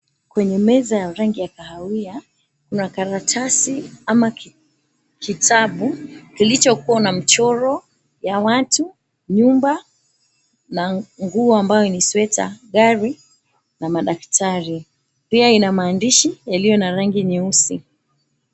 Kwenye meza ya rangi ya kahawia, kuna karatasi ama kitabu kilichokuwa na mchoro ya watu, nyumba na nguo ambayo ni sweater , gari na madaktari. Pia ina maandishi yaliyo na rangi nyeusi.